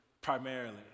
primarily